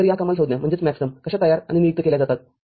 तर या कमाल संज्ञा कशा तयार आणि नियुक्त केल्या जातात